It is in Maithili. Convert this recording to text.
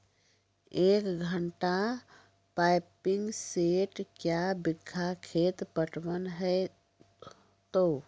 एक घंटा पंपिंग सेट क्या बीघा खेत पटवन है तो?